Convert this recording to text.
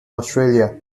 australia